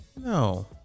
No